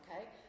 okay